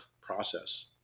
process